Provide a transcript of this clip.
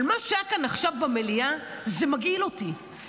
אבל מה שהיה כאן עכשיו במליאה מגעיל אותי,